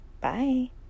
Bye